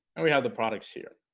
and we have the products here